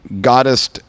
goddess